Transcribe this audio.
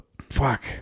fuck